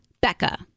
Becca